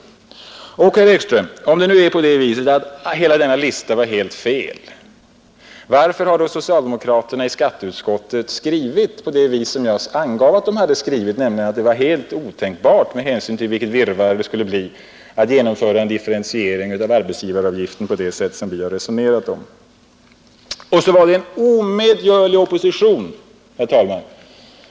Och, herr Ekström, om nu hela denna lista var helt fel; varför har då socialdemokraterna i skatteutskottet skrivit så som jag angav att de hade skrivit, nämligen att det med hänsyn till det virrvarr som skulle uppstå var helt otänkbart att genomföra en differentiering av arbetsgivaravgiften på det sätt som vi har resonerat om? Herr Ekström förklarade att oppositionen var omedgörlig, herr talman.